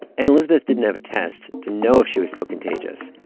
and elizabeth didn't have a test to know if she was still contagious.